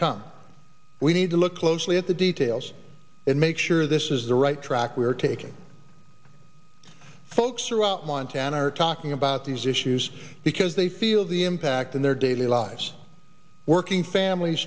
come we need to look closely at the details and make sure this is the right track we're taking folks are out montana are talking about these issues because they feel the impact in their daily lives working families